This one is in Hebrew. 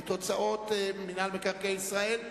את הוצאות מינהל מקרקעי ישראל.